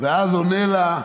אז הוא עונה לה,